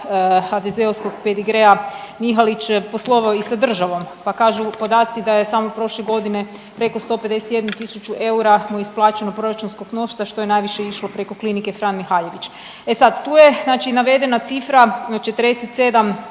HDZ-ovskog pedigrea Mihalić poslovao i sa državom, pa kažu mu podaci da je samo prošle godine preko 151 tisuću eura mu isplaćeno proračunskog novca što je najviše išlo preko Klinike Fran Mihaljević. E sad tu je znači navedena cifra od